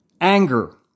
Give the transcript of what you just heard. Anger